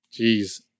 Jeez